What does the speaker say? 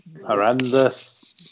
horrendous